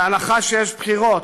בהנחה שיש בחירות,